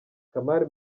kamari